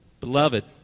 Beloved